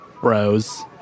bros